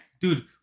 dude